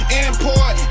import